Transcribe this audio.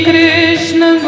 Krishna